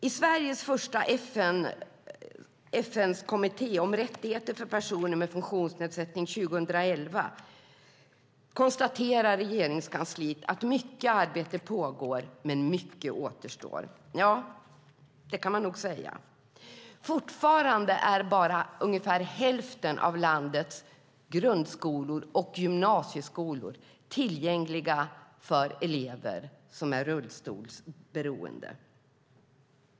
I Sveriges första rapport till FN:s kommitté om rättigheter för personer med funktionsnedsättning 2011 konstaterar Regeringskansliet att mycket arbete pågår men att mycket återstår. Ja, det kan man nog säga. Fortfarande är bara ungefär hälften av landets grundskolor och gymnasieskolor tillgängliga för elever som är rullstolsberoende.